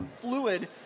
fluid